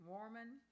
Mormon